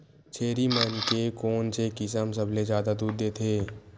छेरी मन के कोन से किसम सबले जादा दूध देथे?